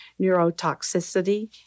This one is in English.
neurotoxicity